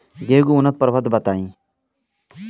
गेंहू के उन्नत प्रभेद बताई?